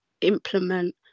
implement